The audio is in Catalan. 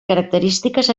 característiques